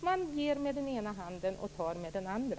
Man ger med den ena handen och tar med den andra.